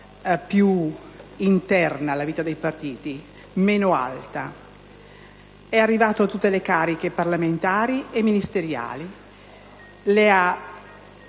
grazie.